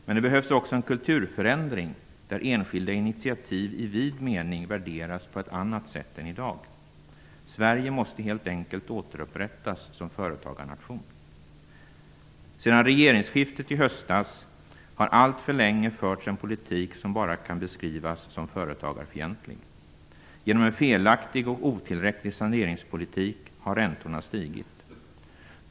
Det behövs dock också en kulturförändring, där enskilda initiativ i vid mening värderas på ett annat sätt än i dag. Sverige måste helt enkelt återupprättas som företagarnation. Sedan regeringsskiftet i höstas har det alltför länge förts en politik som bara kan beskrivas som företagarfientlig. Genom en felaktig och otillräcklig saneringspolitik har räntorna stigit.